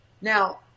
Now